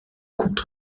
contre